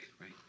right